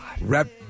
rep